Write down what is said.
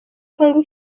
congo